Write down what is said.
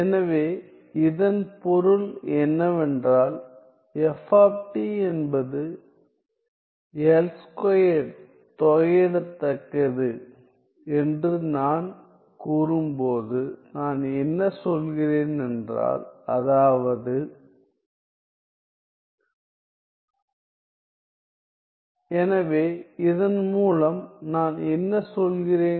எனவே இதன் பொருள் என்னவென்றால் f என்பது தொகையிடத்தக்கது என்று நான் கூறும்போது நான் என்ன சொல்கிறேன் என்றால் அதாவது எனவே இதன் மூலம் நான் என்ன சொல்கிறேன்